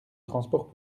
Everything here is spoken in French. transport